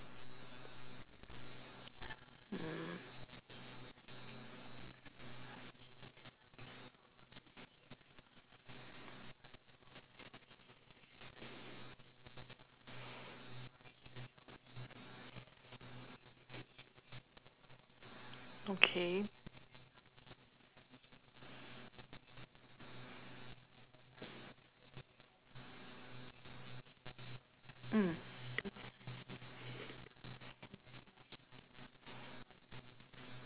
okay mm